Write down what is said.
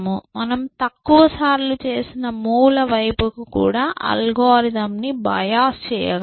మనం తక్కువసార్లు చేసిన మూవ్ ల వైపు కు కూడా అల్గోరిథంను బయోస్ చేయగలము